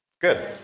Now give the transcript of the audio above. Good